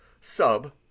sub